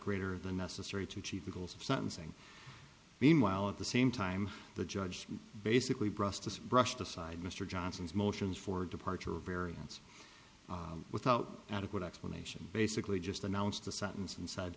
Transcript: greater than necessary to achieve the goals of sentencing meanwhile at the same time the judge basically brusqueness brushed aside mr johnson's motions for departure variance without adequate explanation basically just announced the sentence inside